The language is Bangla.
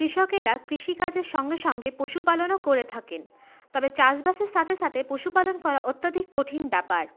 কৃষকেরা কৃষিকাজের সঙ্গে সঙ্গে পশু পালনও করে থাকেন তবে চাষবাসের সাথে সাথে পশু পালন করা অত্যাধিক কঠিন ব্যাপার